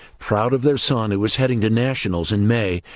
proud of their son who is heading to nationals in may,